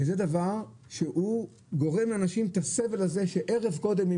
וזה דבר שהוא גורם לאנשים את הסבל הזה שערב קודם,